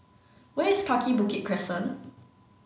where is Kaki Bukit Crescent